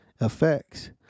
effects